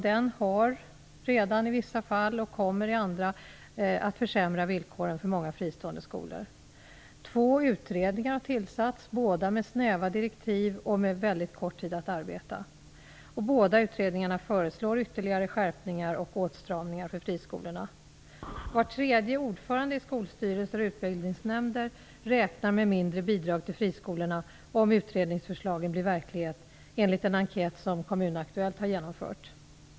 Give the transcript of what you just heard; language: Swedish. Den har redan i vissa fall och kommer i andra fall att försämra villkoren för många fristående skolor. För det andra har utredningar tillsatts, båda med snäva direktiv och med mycket kort tid att arbeta. Båda utredningarna föreslår ytterligare skärpningar och åtstramningar för friskolorna. Var tredje ordförande i skolstyrelser och utbildningsnämnder räknar med mindre bidrag till friskolorna, om utredningsförslagen blir verklighet, enligt en enkät som Kommunaktuellt har genomfört.